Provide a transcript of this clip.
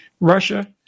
Russia